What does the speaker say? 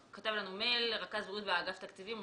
רכז בריאות באגף תקציבים,